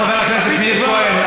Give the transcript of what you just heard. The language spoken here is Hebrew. חבר הכנסת מאיר כהן.